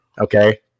Okay